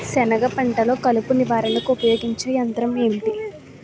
సెనగ పంటలో కలుపు నివారణకు ఉపయోగించే యంత్రం ఏంటి?